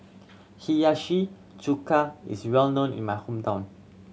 Hiyashi Chuka is well known in my hometown